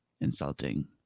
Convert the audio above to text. insulting